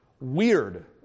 Weird